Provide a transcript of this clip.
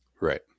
Right